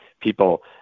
people